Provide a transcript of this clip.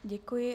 Děkuji.